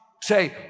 say